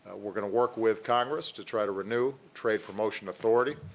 we're going to work with congress to try to renew trade promotion authority,